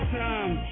time